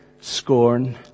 scorn